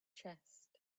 chest